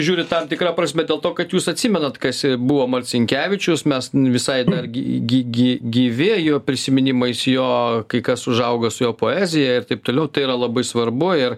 žiūrit tam tikra prasme dėl to kad jūs atsimenat kas buvo marcinkevičius mes visai dar gy gy gy gyvi jo prisiminimais jo kai kas užaugo su jo poezija ir taip toliau tai yra labai svarbu ir